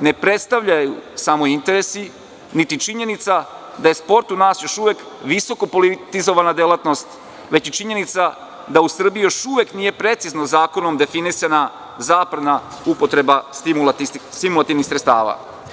ne predstavljaju samo interesi, niti činjenica da je sport u nas još uvek visoko politizovana delatnost, već i činjenica da u Srbiji još uvek nije precizno zakonom definisana zabrana upotrebe stimulativnih sredstva.